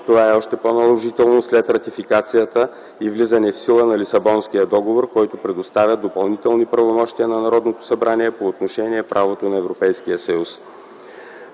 Това е още по-наложително след ратификацията и влизане в сила на Лисабонския договор, който предоставя допълнителни правомощия на Народното събрание по отношение правото на Европейския съюз.